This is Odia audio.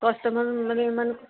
କଷ୍ଟମର୍ ମାନେ ମାନେ